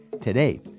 Today